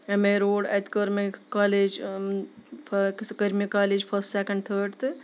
M A road اَتہِ کوٚر مےٚ کالج کٔر مےٚ کالج فٔسٹ سیکنٛڈ تھٲڈ تہٕ